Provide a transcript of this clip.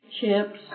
chips